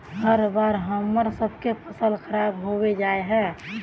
हर बार हम्मर सबके फसल खराब होबे जाए है?